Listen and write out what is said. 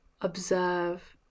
observe